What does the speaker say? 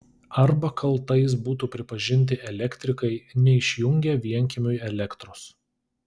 arba kaltais būtų pripažinti elektrikai neišjungę vienkiemiui elektros